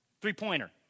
three-pointer